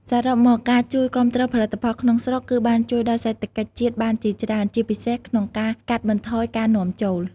សរុបមកការជួយគាំទ្រផលិតផងក្នុងស្រុក គឺបានជួយដល់សេដ្ឋកិច្ចជាតិបានជាច្រើន ជាពិសេសក្នុងការកាត់បន្ថយការនាំចូល។